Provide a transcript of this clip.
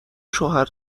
شوهر